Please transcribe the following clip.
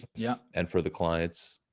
yeah. and for the clients,